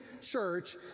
church